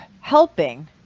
helping